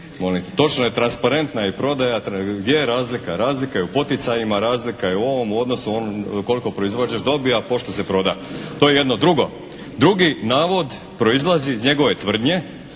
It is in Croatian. molim te. Točno je, transparentna je prodaja. Gdje je razlika? Razlika je u poticajima, razlika je u ovome u odnosu koliko proizvođač dobije a pošto se proda. To je jedno. Drugo, drugi navod proizlazi iz njegove tvrdnje